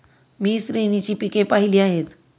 मी श्रेणीची पिके पाहिली आहेत